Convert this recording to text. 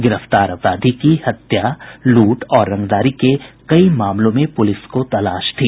गिरफ्तार अपराधी की हत्या लूट और रंगदारी के कई मामलों में पुलिस को तलाश थी